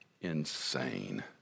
insane